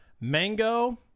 mango